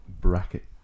Bracket